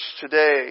today